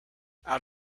out